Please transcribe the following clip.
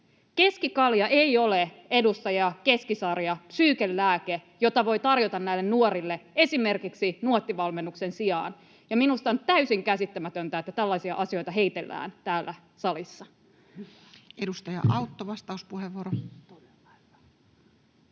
Keskikalja ei ole, edustaja Keskisarja, psyykenlääke, jota voi tarjota näille nuorille esimerkiksi Nuotti-valmennuksen sijaan, ja minusta on täysin käsittämätöntä, että tällaisia asioita heitellään täällä salissa. [Speech 66] Speaker: